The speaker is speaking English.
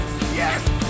Yes